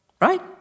right